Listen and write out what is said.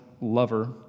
lover